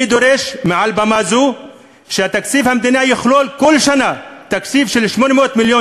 אני דורש מעל במה זו שתקציב המדינה יכלול כל שנה תקציב של 800 מיליון